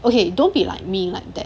okay don't be like me like that